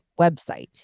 website